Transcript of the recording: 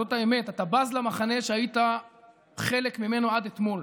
זאת האמת, אתה בז למחנה שהיית חלק ממנו עד אתמול.